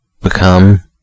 become